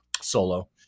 solo